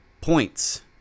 points